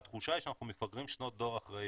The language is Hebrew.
התחושה היא שאנחנו מפגרים שנות דור אחרי